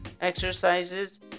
exercises